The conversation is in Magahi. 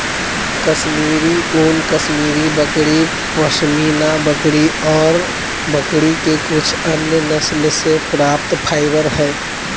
कश्मीरी ऊन, कश्मीरी बकरी, पश्मीना बकरी ऑर बकरी के कुछ अन्य नस्ल से प्राप्त फाइबर हई